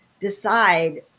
decide